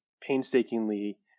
painstakingly